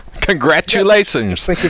congratulations